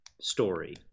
story